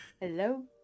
Hello